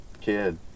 kid